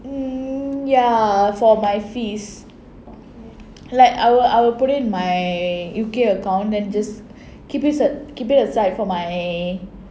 mm ya for my fees like I'll I'll put in my U_K account then just keep it se~ keep it aside for my